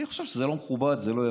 אני חושב שזה לא מכובד, זה לא יפה,